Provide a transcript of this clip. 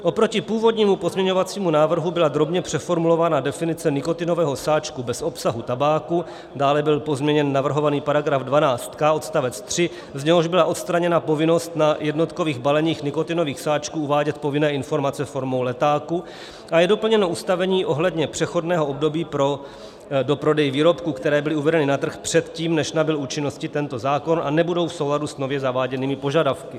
Oproti původnímu pozměňovacímu návrhu byla drobně přeformulována definice nikotinového sáčku bez obsahu tabáku, dále byl pozměněn navrhovaný § 12k odst. 3, z něhož byla odstraněna povinnost na jednotkových baleních nikotinových sáčků uvádět povinné informace formou letáku, a je doplněno ustanovení ohledně přechodného období pro doprodej výrobků, které byly uvedeny na trh před tím, než nabyl účinnosti tento zákon, a nebudou v souladu s nově zaváděnými požadavky.